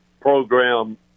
program